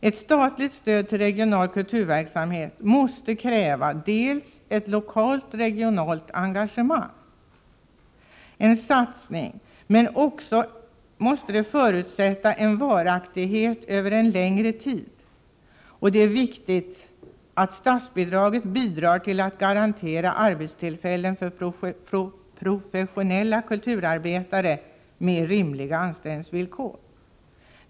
Ett statligt stöd till regional kulturverksamhet måste kräva ett lokalt eller regionalt engagemang, men också förutsätta en varaktighet över en längre tid. Det är också viktigt att statsbidraget medverkar till att garantera arbetstillfällen för professionella kulturarbetare med rimliga anställningsvillkor.